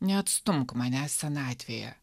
neatstumk manęs senatvėje